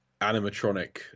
animatronic